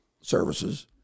services